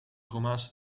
romaanse